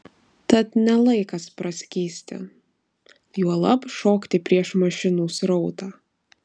tad ne laikas praskysti juolab šokti prieš mašinų srautą